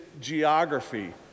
geography